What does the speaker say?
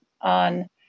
on